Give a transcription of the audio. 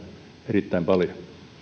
erittäin paljon